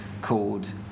called